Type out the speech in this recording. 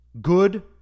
good